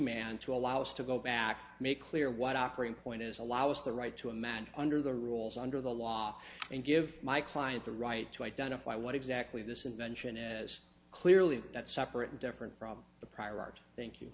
man to allow us to go back make clear what operating point is allow us the right to a man under the rules under the law and give my client the right to identify what exactly this invention is clearly that separate and different from the prior art thank you